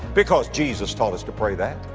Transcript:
because jesus taught us to pray that.